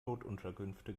notunterkünfte